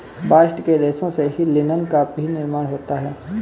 bast के रेशों से ही लिनन का भी निर्माण होता है